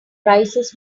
prices